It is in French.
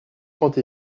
trente